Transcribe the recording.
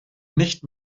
nicht